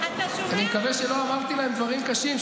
אני מקווה שלא אמרתי להם דברים קשים,